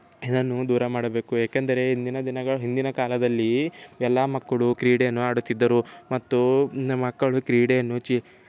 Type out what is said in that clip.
ಇದನ್ನು ದೂರ ಮಾಡಬೇಕು ಏಕೆಂದರೆ ಹಿಂದಿನ ದಿನಗಳು ಹಿಂದಿನ ಕಾಲದಲ್ಲಿ ಎಲ್ಲ ಮಕ್ಕಳು ಕ್ರೀಡೆಯನ್ನು ಆಡುತ್ತಿದ್ದರು ಮತ್ತು ಹಿಂದಿನ ಮಕ್ಕಳು ಕ್ರೀಡೆಯನ್ನು ಚಿ